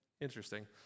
Interesting